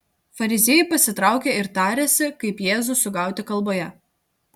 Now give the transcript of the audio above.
fariziejai pasitraukė ir tarėsi kaip jėzų sugauti kalboje